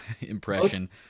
impression